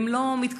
הן לא מתקיימות,